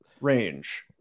range